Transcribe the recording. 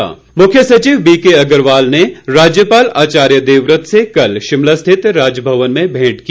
भेंट मुख्य सचिव बीके अग्रवाल ने राज्यपाल आचार्य देवव्रत से कल शिमला स्थित राजभवन में भेंट की